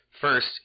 First